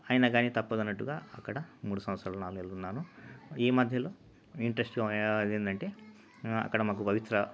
అయినా కాని తప్పదన్నట్టుగా అక్కడ మూడు సంవత్సరాల నాలుగు నెలలు ఉన్నాను ఈ మధ్యలో ఇంట్రస్ట్ ఏ ఏమయిందంటే అక్కడ మాకు పవిత్ర